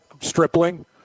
Stripling